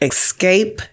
Escape